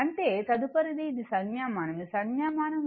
కాబట్టి తదుపరిది ఇది సంజ్ఞామానం ఇది సంజ్ఞామానం